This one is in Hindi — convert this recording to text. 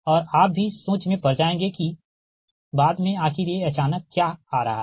और आप भी सोच में पड़ जाएंगे कि बाद में आखिर ये अचानक क्या आ रहा है